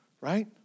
right